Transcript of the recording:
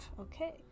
Okay